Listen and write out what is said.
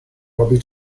robbie